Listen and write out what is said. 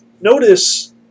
Notice